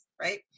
right